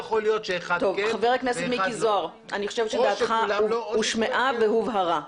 דעתך הושמעה והובהרה.